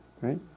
Right